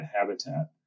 habitat